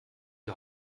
die